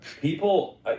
people